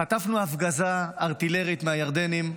חטפנו הפגזה ארטילרית מהירדנים,